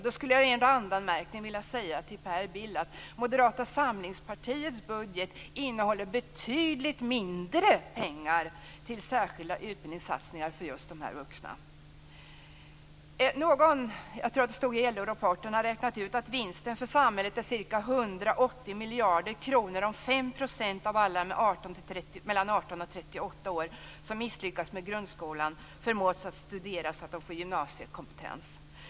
Jag skulle i en randanmärkning vilja säga till Per Bill att Moderata samlingspartiets budget innehåller betydligt mindre pengar till särskilda utbildningssatsningar för just dessa vuxna. Någon - jag tror att det stod i LO-rapporten - har räknat ut att vinsten för samhället är ca 180 miljarder kronor om 5 % av alla mellan 18 och 38 år som misslyckas med grundskolan förmås att studera så att de får gymnasiekompetens.